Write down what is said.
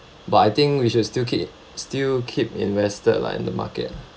but I think we should still keep still keep invested lah in the market